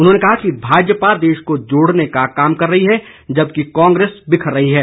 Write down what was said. उन्होंने कहा कि भाजपा देश को जोड़ने का काम कर रही है जबकि कांग्रेस बिखर रही है